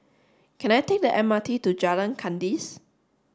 can I take the M R T to Jalan Kandis